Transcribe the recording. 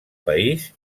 país